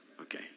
okay